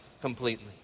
completely